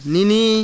Nini